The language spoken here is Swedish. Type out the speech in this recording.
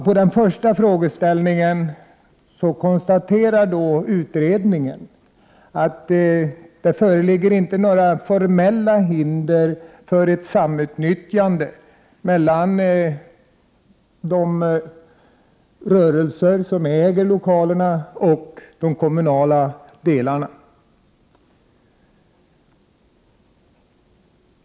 På den första frågeställningen konstaterar man i utredningen att det inte föreligger några formella hinder för ett samnyttjande mellan de rörelser som äger lokalerna och de kommunala delarna.